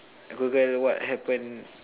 Google what happen